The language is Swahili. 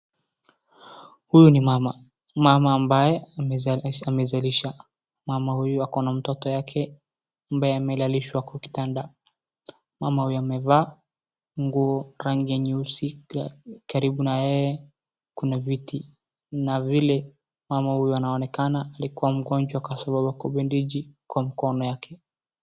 Huyu ni mama ambaye amezalisha mama huyu akona mtoto yake ambaye amelalishwa .Kwa kitanda mama huyu amevaa nguo rangi nyeusi karibu na yeye kuna viti Kuna vile mama huyu anaonekana alikua mgonjwa ,kwa sababu ameekwa bedenji Kwa mkono wake